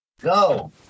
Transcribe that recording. Go